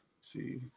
see